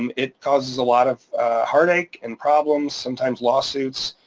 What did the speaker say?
um it causes a lot of heartache and problems, sometimes lawsuits,